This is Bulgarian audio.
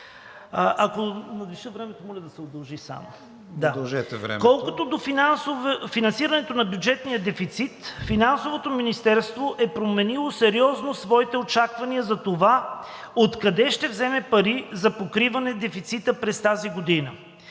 Удължете времето. ЛЮБОМИР КАРИМАНСКИ: Колкото до финансирането на бюджетния дефицит, Финансовото министерство е променило сериозно своите очаквания за това откъде ще вземе пари за покриване дефицита през тази година.